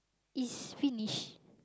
is finish